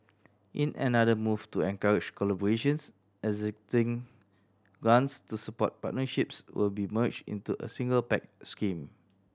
in another move to encourage collaborations existing grants to support partnerships will be merged into a single Pact scheme